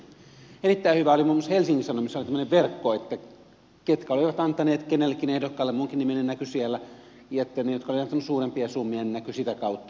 erittäin hyvä muun muassa helsingin sanomissa oli tämmöinen verkko että ketkä olivat antaneet kenellekin ehdokkaalle minunkin nimeni näkyi siellä ja että ne jotka olivat antaneet suurempia summia näkyivät sitä kautta